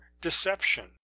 deception